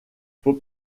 faut